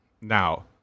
Now